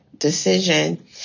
Decision